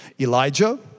Elijah